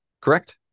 correct